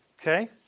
Okay